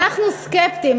אנחנו סקפטיים,